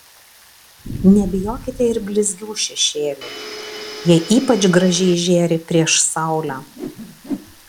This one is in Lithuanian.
nebijokite ir blizgių šešėlių jie ypač gražiai žėri prieš saulę